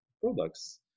products